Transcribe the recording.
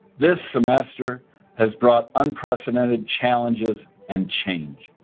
this semester has brought unprecedented challenges and change,